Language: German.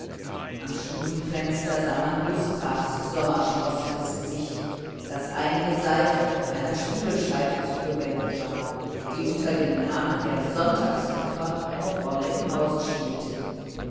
am stubenfenster sah man gustavs sommersprossiges gesicht das eingeseift und einer spiegelscheibe zugewendet war die unter dem namen der sonntagsgucker eine rolle im hause spielte